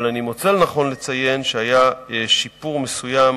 אבל אני מוצא לנכון לציין שהיה שיפור מסוים